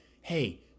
Hey